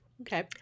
Okay